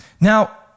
Now